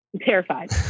terrified